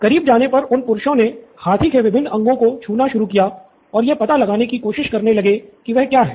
करीब जाने पर उन पुरुषों ने हाथी के विभिन्न अंगों को छूना शुरू किया और यह पता लगाने की कोशिश करने लगे कि वह क्या है